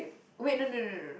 wait no no no no no